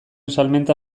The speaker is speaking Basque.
salmenta